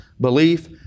belief